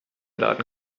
laden